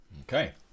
Okay